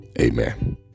Amen